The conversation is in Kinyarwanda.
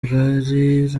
bwari